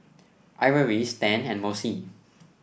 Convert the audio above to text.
Ivory Stan and Mossie